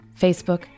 Facebook